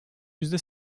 yüzde